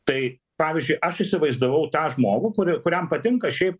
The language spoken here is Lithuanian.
tai pavyzdžiui aš įsivaizdavau tą žmogų kurį kuriam patinka šiaip